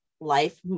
life